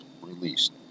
Released